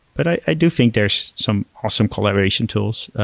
but i do think there's some awesome collaboration tools.